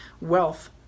wealth